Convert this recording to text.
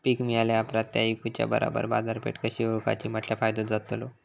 पीक मिळाल्या ऑप्रात ता इकुच्या बरोबर बाजारपेठ कशी ओळखाची म्हटल्या फायदो जातलो?